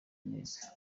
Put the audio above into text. neza